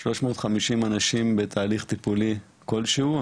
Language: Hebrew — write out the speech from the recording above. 350 אנשים בתהליך טיפולי כלשהו,